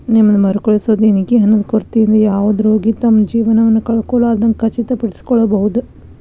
ನಿಮ್ದ್ ಮರುಕಳಿಸೊ ದೇಣಿಗಿ ಹಣದ ಕೊರತಿಯಿಂದ ಯಾವುದ ರೋಗಿ ತಮ್ದ್ ಜೇವನವನ್ನ ಕಳ್ಕೊಲಾರ್ದಂಗ್ ಖಚಿತಪಡಿಸಿಕೊಳ್ಬಹುದ್